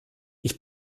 ich